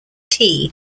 tea